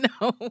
No